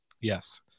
Yes